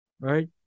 right